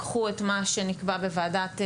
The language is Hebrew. לקחו את מה שנקבע בוועדת המחירים,